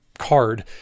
Card